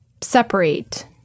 separate